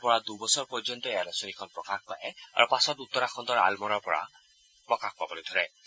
তাৰ পৰা দুবছৰ পৰ্যন্ত এই আলোচনীখন প্ৰকাশ পাই আৰু পাছত উত্তৰাখণ্ডৰ আলমোড়াৰ পৰা প্ৰকাশ পাবলৈ ধৰে